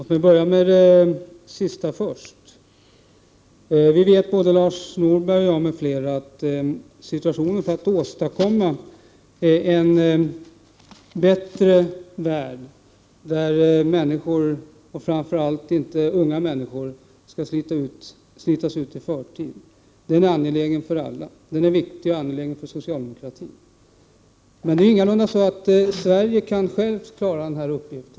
Herr talman! Låt mig börja med den sista frågan. Lars Norberg, jag och många andra vet att målsättningen att åstadkomma en bättre värld där människor, framför allt unga människor, inte skall slitas ut i förtid är angelägen för alla. Den är viktig och angelägen för socialdemokratin. Det är dock ingalunda så att Sverige självt kan klara denna uppgift.